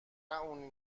اونی